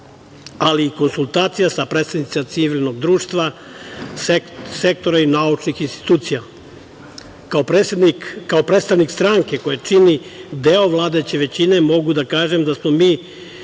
ali i konsultacija sa predstavnicima civilnog društva, sektora i naučnih institucija. Kao predstavnik stranke koja čini deo vladajuće većine, mogu da kažem da smo mi